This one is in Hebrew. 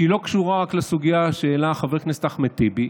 שהיא לא קשורה רק לסוגיה שהעלה חבר הכנסת אחמד טיבי,